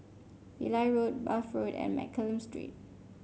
Pillai Road Bath Road and Mccallum Street